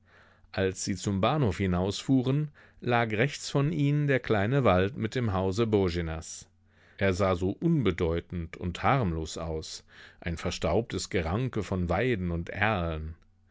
als sie zum bahnhof hinausfuhren lag rechts von ihnen der kleine wald mit dem hause boenas er sah so unbedeutend und harmlos aus ein verstaubtes geranke von weiden und erlen